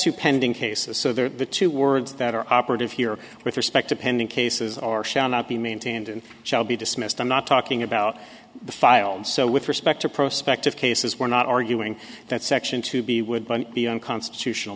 to pending cases so that the two words that are operative here with respect to pending cases are shall not be maintained and shall be dismissed i'm not talking about the files so with respect to prospective cases we're not arguing that section two b would be unconstitutional